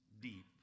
deep